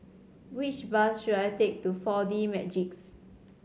which bus should I take to Four D Magix